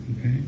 Okay